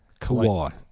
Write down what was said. Kawhi